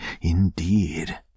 indeed